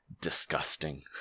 disgusting